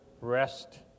rest